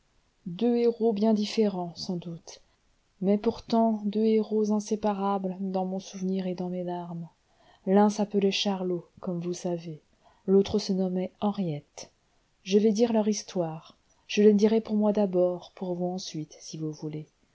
deux héros bien différents sans doute mais pourtant deux héros inséparables dans mon souvenir et dans mes larmes l'un s'appelait charlot comme vous savez l'autre se nommait henriette je vais dire leur histoire je la dirai pour moi d'abord pour vous ensuite si vous voulez